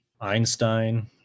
Einstein